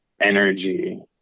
energy